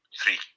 three